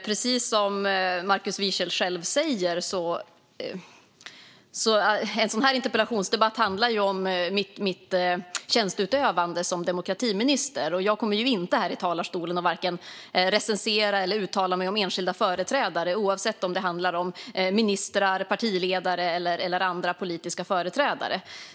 Precis som Markus Wiechel själv säger ska denna interpellationsdebatt handla om mitt tjänsteutövande som demokratiminister, och jag kommer inte här i talarstolen att recensera eller uttala mig om enskilda företrädare, oavsett om det handlar om ministrar, partiledare eller andra politiska företrädare.